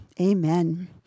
Amen